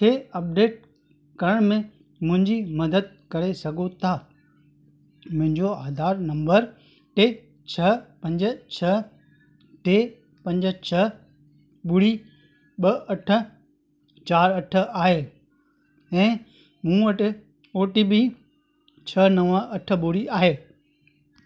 खे अपडेट करण में मुंहिंजी मदद करे सघो था मुंहिंजो आधार नंबर टे छह पंज छह टे पंज छह ॿुड़ी ॿ अठ चार अठ आहे ऐं मूं वटि ओ टी पी छह नव अठ ॿुड़ी आहे